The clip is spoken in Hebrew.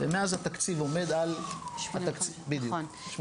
ומאז התקציב עומד על 85 מיליון.